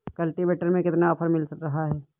Cultivator में कितना offer मिल रहा है?